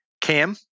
Cam